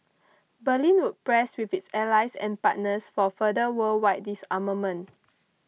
Berlin would press with its allies and partners for further worldwide disarmament